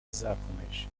zakomeje